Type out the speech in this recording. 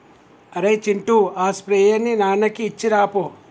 అరేయ్ చింటూ ఆ స్ప్రేయర్ ని నాన్నకి ఇచ్చిరాపో